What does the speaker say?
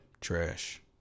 Trash